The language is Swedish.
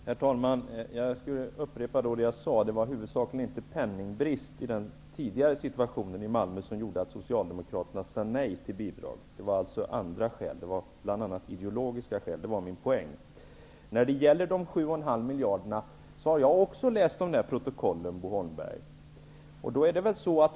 Herr talman! Låt mig upprepa vad jag sade. Det var huvudsakligen inte penningbrist i den tidigare situationen i Malmö som gjorde att Socialdemokraterna sade nej till bidrag. Det var andra skäl, bl.a. ideologiska skäl. Det var min poäng. När det gäller dessa 7,5 miljader har jag också läst protokollen, Bo Holmberg.